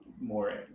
more